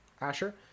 Asher